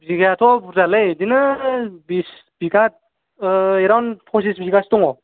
बिगायाथ' बुरजालै बिदिनो बिस बिगा ओ एराउन्द पसिस बिगासो दङ